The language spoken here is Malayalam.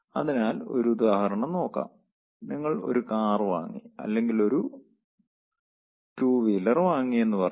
അതിനാൽ ഒരു ഉദാഹരണം നോക്കാം നിങ്ങൾ ഒരു കാർ വാങ്ങി അല്ലെങ്കിൽ ഒരു 2 വീലർ വാങ്ങി എന്ന് പറയാം